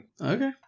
Okay